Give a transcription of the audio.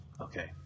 Okay